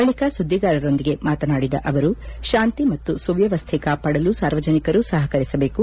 ಬಳಿಕ ಸುದ್ದಿಗಾರರೊಂದಿಗೆ ಮಾತನಾಡಿದ ಮುಖ್ಯಮಂತ್ರಿ ತಾಂತಿ ಮತ್ತು ಸುವ್ಯವಸ್ಥೆ ಕಾಪಾಡಲು ಸಾರ್ವಜನಿಕರು ಸಹಕರಿಸಬೇಕು